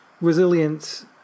resilience